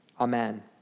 Amen